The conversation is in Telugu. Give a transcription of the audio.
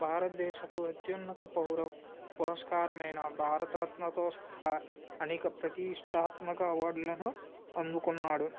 భారతదేశపు అత్యున్నత పౌర పురస్కారమైన భారతరత్నతో సహా అనేక ప్రతీష్టాత్మక అవార్డులను అందుకున్నాడు